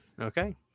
okay